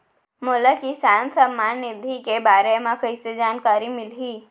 मोला किसान सम्मान निधि के बारे म कइसे जानकारी मिलही?